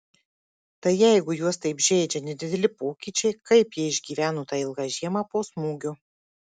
tai jeigu juos taip žeidžia nedideli pokyčiai kaip jie išgyveno tą ilgą žiemą po smūgio